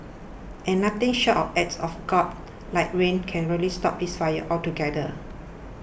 and nothing short of act of God like rain can really stop this fire altogether